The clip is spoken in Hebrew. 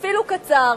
אפילו קצר,